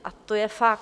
A to je fakt.